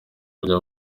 kujya